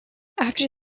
after